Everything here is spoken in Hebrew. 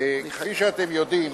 כפי שאתם יודעים,